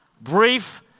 brief